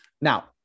Now